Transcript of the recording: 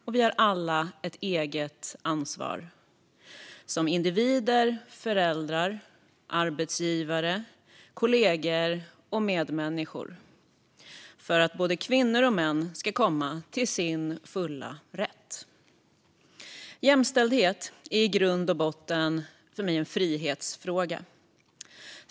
Och vi har alla ett eget ansvar - som individer, föräldrar, arbetsgivare, kollegor och medmänniskor - för att både kvinnor och män ska kunna komma till sin fulla rätt. Jämställdhet är för mig i grund och botten en frihetsfråga.